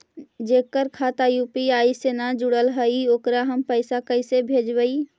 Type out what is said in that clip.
जेकर खाता यु.पी.आई से न जुटल हइ ओकरा हम पैसा कैसे भेजबइ?